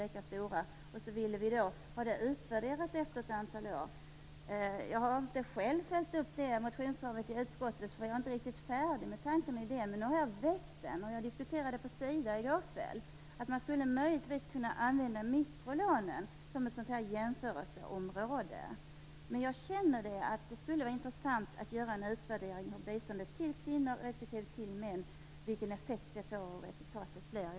Sedan ville vi ha detta utvärderat efter ett antal år. Jag har inte själv följt upp detta motionskrav i utskottet eftersom jag inte är riktigt färdig med tanken och idén. Men nu har jag väckt den, och jag diskuterade detta på Sida i går kväll. Möjligtvis skulle man kunna använda mikrolånen som ett sådant här jämförelseområde. Jag känner att det skulle vara intressant att göra en utvärdering av biståndet till kvinnor respektive män. Man skulle se vilken effekten blir och vilket resultat det hela får.